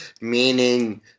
meaning